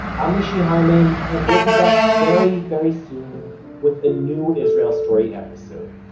i'm mishy harman, and we'll be back very very soon with a new israel story episode.